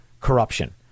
corruption